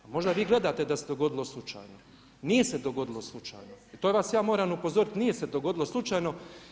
A možda vi gledate da se dogodilo slučajno, nije se dogodilo slučajno i to vas ja moram upozoriti, nije se dogodilo slučajno.